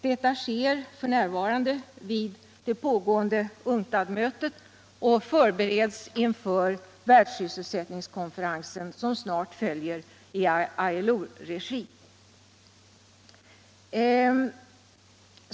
Detta sker f. n. vid det pågående UNCTAD-mötet och förbereds inför världssysselsättningskonferensen som snart följer i ILO-regi.